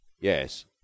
Yes